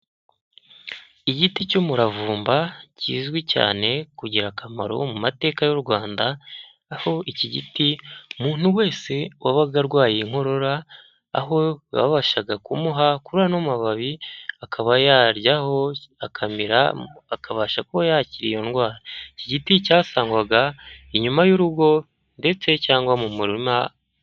Igiti cy'umuravumba kizwi cyane kugira akamaro mu mateka y'u Rwanda aho iki giti umuntu wese wabaga arwaye inkorora aho wabashaga kumuha kuri ano mababi akaba yaryaho akamira akabasha kuba yakira iyo ndwara. Iki giti cyasangwaga inyuma y'urugo ndetse cyangwa mu murima.